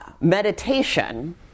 meditation